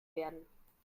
werden